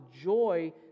joy